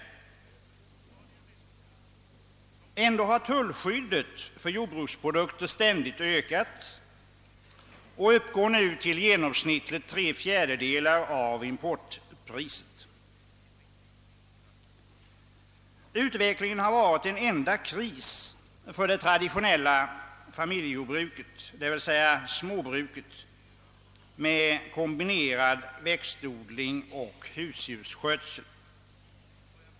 Och ändå har tullskyddet för jordbruksprodukter ständigt ökat och uppgår nu till genomsnittligt tre fjärdedelar av importpriset. Utvecklingen har varit en enda kris för det traditionella familjejordbruket, d.v.s. småbruket med kombinerad växtodling och husdjursskötsel.